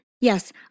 Yes